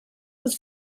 was